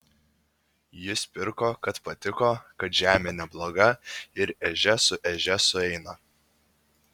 jis pirko kad patiko kad žemė nebloga ir ežia su ežia sueina